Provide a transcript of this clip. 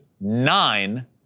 nine